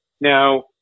Now